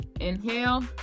Inhale